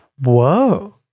Whoa